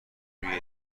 روی